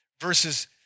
verses